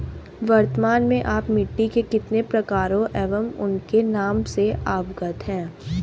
वर्तमान में आप मिट्टी के कितने प्रकारों एवं उनके नाम से अवगत हैं?